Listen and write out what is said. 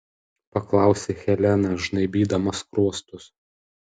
paklausė helena žnaibydama skruostus